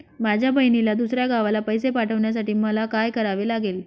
माझ्या बहिणीला दुसऱ्या गावाला पैसे पाठवण्यासाठी मला काय करावे लागेल?